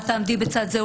את תעמדי בצד זה,